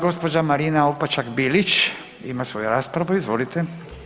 Gđa. Marina Opačak Bilić ima svoju raspravu, izvolite.